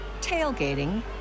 tailgating